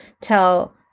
tell